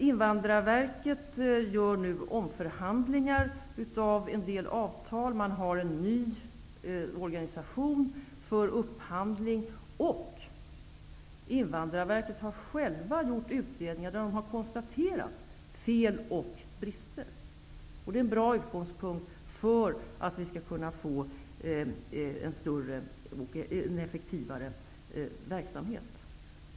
Invandrarverket har nu omförhandlingar av en del avtal. Man har en ny organisation för upphandling. Dessutom har Invandrarverket självt gjort utredningar, där man konstaterar fel och brister. Det är en bra utgångspunkt för möjligheterna att få en effektivare verksamhet.